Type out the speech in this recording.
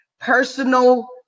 personal